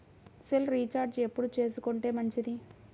Cell recharge ఎప్పుడు చేసుకొంటే మంచిది?